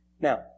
Now